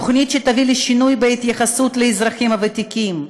תוכנית שתביא לשינוי בהתייחסות לאזרחים הוותיקים,